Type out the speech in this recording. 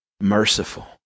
merciful